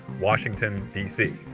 washington d c.